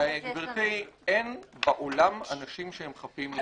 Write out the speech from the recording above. גברתי, אין בעולם אנשים שהם חפים מאינטרסים.